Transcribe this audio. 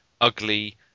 ugly